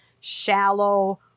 shallow